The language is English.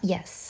Yes